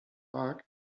bags